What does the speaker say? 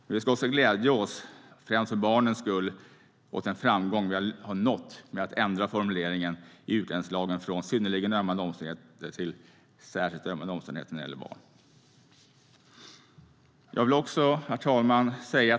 Men vi ska också glädja oss, främst för barnens skull, åt den framgång vi som sagt nått med den ändrade formuleringen i utlänningslagen från "synnerligen ömmande omständigheter" till "särskilt ömmande omständigheter" när det gäller barn. Herr talman!